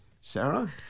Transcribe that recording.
Sarah